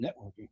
networking